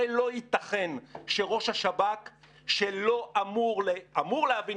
הרי לא ייתכן שראש השב"כ שאמור להבין